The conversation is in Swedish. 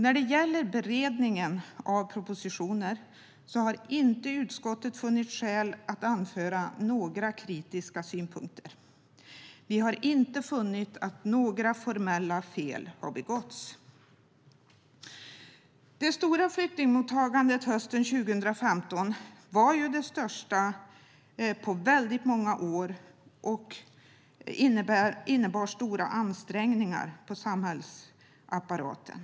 När det gäller beredningen av propositioner har utskottet inte funnit skäl att anföra några kritiska synpunkter. Vi har inte funnit att några formella fel har begåtts. Det stora flyktingmottagandet under hösten 2015 var det största på väldigt många år och innebar stora ansträngningar på samhällsapparaten.